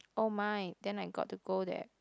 !oh my! then I got to go there